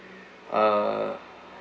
uh